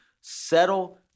settle